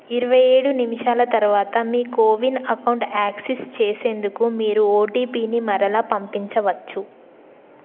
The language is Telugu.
ఇరవై ఏడు నిమిషాల తరువాత మీ కోవిన్ అకౌంటు యాక్సిస్ చేసేందుకు మీరు ఓటిపిని మరలా పంపించవచ్చు